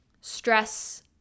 stress